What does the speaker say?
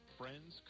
friends